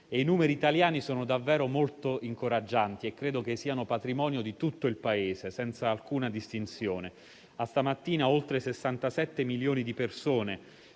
I numeri italiani sono davvero molto incoraggianti e credo siano patrimonio di tutto il Paese, senza alcuna distinzione. A stamattina abbiamo somministrato